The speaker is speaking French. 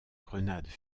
grenades